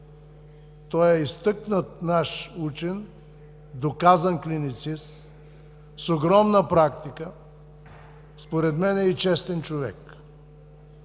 Той е изтъкнат наш учен, доказан клиницист, с огромна практика. Според мен е и честен човек.